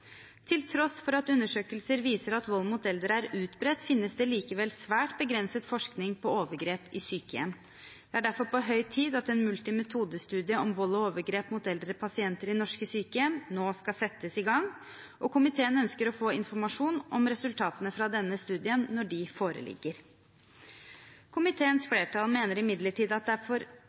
Til tross for at undersøkelser viser at vold mot eldre er utbredt, finnes det likevel svært begrenset forskning på overgrep i sykehjem. Det er derfor på høy tid at en multimetodestudie om vold og overgrep mot eldre pasienter i norske sykehjem nå skal settes i gang, og komiteen ønsker å få informasjon om resultatene fra denne studien når de foreligger. Komiteens flertall mener imidlertid at